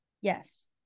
Yes